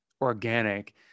organic